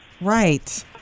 Right